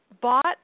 bought